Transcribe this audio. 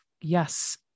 Yes